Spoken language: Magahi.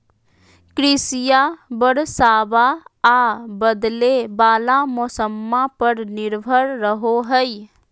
कृषिया बरसाबा आ बदले वाला मौसम्मा पर निर्भर रहो हई